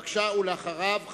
ואחריו,